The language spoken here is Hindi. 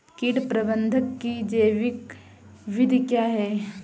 कीट प्रबंधक की जैविक विधि क्या है?